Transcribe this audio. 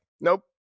nope